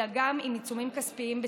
אלא גם עם עיצומים כספיים בצידה.